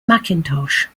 macintosh